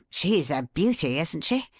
she's a beauty, isn't she?